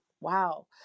wow